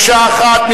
מקשה אחת.